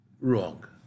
wrong